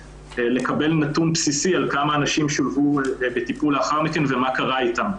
לקבל נתון בסיסי על כמה אנשים שולבו בטיפול לאחר מכן ומה קרה אתם.